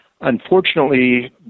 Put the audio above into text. Unfortunately